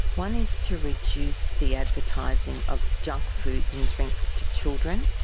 one is to reduce the advertising of junk foods and drinks to children.